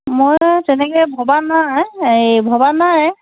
মই তেনেকে ভবা নাই এই ভবা নাই